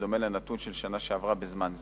בדומה לנתון של השנה שעברה בזמן זה.